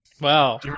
Wow